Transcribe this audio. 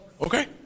Okay